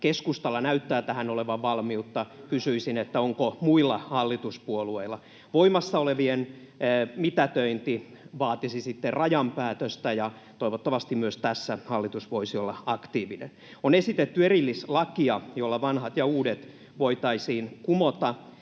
Keskustalla näyttää tähän olevan valmiutta. Kysyisin, onko muilla hallituspuolueilla. Voimassa olevien mitätöinti vaatisi sitten Rajan päätöstä, ja toivottavasti myös tässä hallitus voisi olla aktiivinen. On esitetty erillislakia, jolla vanhat ja uudet lait voitaisiin kumota,